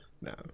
no